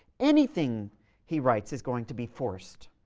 anything he writes is going to be forced,